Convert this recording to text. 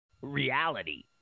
Reality